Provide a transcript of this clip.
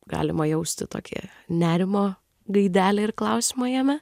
galima jausti tokį nerimo gaidelę ir klausimo jame